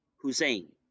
Hussein